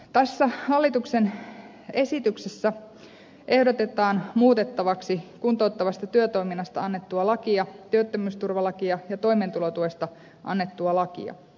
tässä hallituksen esityksessä ehdotetaan muutettavaksi kuntouttavasta työtoiminnasta annettua lakia työttömyysturvalakia ja toimeentulotuesta annettua lakia